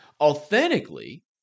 Authentically